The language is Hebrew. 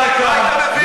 מה היית מביא בכלל?